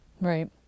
Right